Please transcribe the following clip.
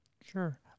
Sure